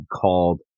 called